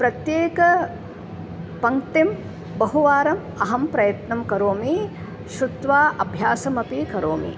प्रत्येकं पङ्क्तिं बहुवारम् अहं प्रयत्नं करोमि श्रुत्वा अभ्यासमपि करोमि